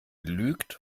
lügt